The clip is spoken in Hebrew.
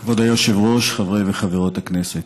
כבוד היושב-ראש, חברי וחברות הכנסת,